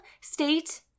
state